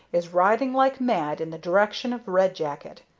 is riding like mad in the direction of red jacket.